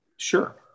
Sure